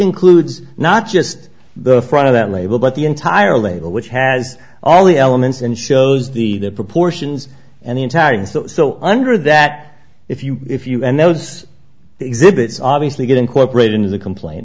includes not just the front of that label but the entire label which has all the elements and shows the proportions and the entire thing so so under that if you if you and those exhibits obviously get incorporated into the complaint